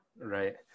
Right